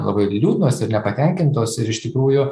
labai ir liūdnos ir nepatenkintos ir iš tikrųjų